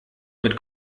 mit